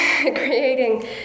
creating